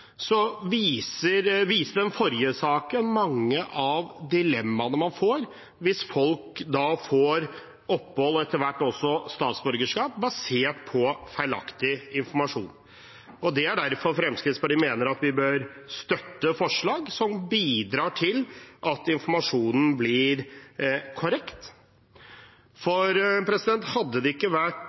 viste den mange av dilemmaene man får hvis folk får opphold og etter hvert også statsborgerskap basert på feilaktig informasjon. Det er derfor Fremskrittspartiet mener vi bør støtte forslag som bidrar til at informasjonen blir korrekt. Hadde det ikke vært